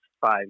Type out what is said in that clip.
five